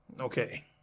Okay